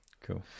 cool